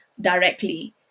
directly